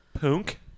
punk